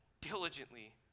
diligently